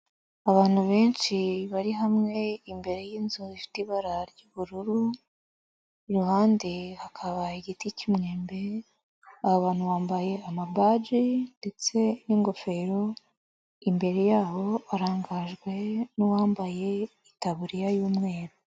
Abantu benshi bari hamwe imbere y'inzu ifite ibara ry'ubururu, iruhande hakaba igiti cy'umwembe, abo bantu bambaye amabaji ndetse n'ingofero, imbere yabo barangajwe n'uwambaye itaburiya y'umweru.